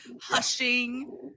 hushing